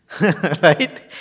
right